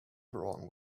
wrong